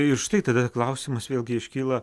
ir štai tada klausimas vėlgi iškyla